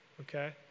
Okay